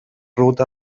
ruta